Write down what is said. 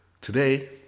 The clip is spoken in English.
today